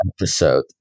episode